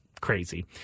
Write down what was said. crazy